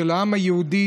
של העם היהודי,